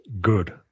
Good